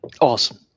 Awesome